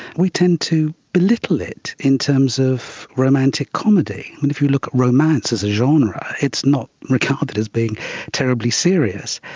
we tend to belittle it in terms of romantic comedy. and if you look at romance as a genre, it's not regarded as being terribly serious.